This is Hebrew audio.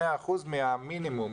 100% מהמינימום,